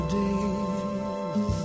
days